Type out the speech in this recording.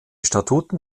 statuten